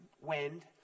wind